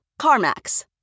CarMax